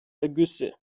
ergüsse